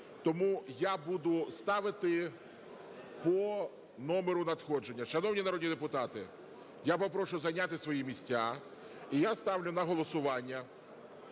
Тому я буду ставити по номеру надходження. Шановні народні депутати, я попрошу зайняти свої місця. І я ставлю на голосування